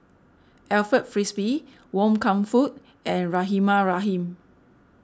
Alfred Frisby Wan Kam Fook and Rahimah Rahim